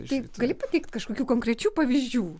tai gali pateikt kažkokių konkrečių pavyzdžių